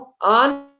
on